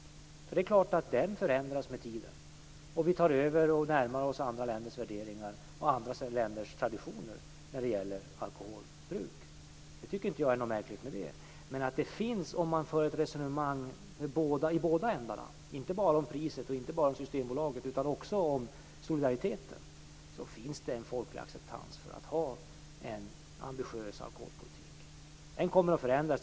Det är klart att den politiken förändras med tiden. Vi tar över eller närmar oss andra länders värderingar och traditioner när det gäller alkoholbruk, och jag tycker inte att detta är märkligt. Men om man för ett resonemang i båda ändarna så att säga - inte bara om priset och Systembolaget utan också om solidariteten - märker man att det finns en folklig acceptans för en ambitiös alkoholpolitik. Denna kommer att förändras.